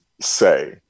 say